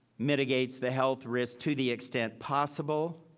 mitigates the health risk, to the extent possible.